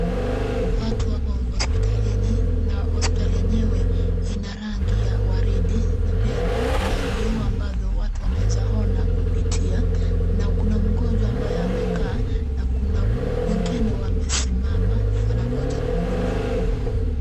Watu wako hospitalini na hospitali enyewe ina rangi ya waridi na pia kuna vioo ambavyo watu wanaeza ona kupitia na kuna mgonjwa ambaye amekaa na kuna wengine wamesimama wanangoja kuhudumiwa.